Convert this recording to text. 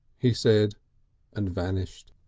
he said and vanished.